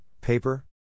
paper